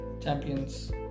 Champions